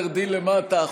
תרדי למטה.